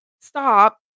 stop